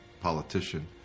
politician